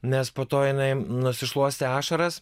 nes po to jinai nusišluostė ašaras